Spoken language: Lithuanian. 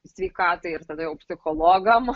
sveikatai ir tada jau psichologam